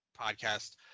podcast